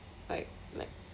like like